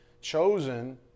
chosen